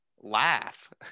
laugh